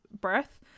breath